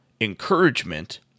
encouragement